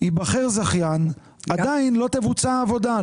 ייבחר זכיין ועדיין לא תבוצע העבודה.